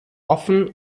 offen